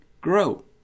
grow